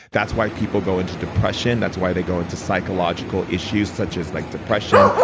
that's why people go into depression. that's why they go into psychological issues such as like depression,